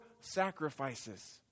sacrifices